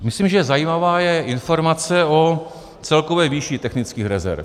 Myslím, že zajímavá je informace o celkové výši technických rezerv.